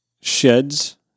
sheds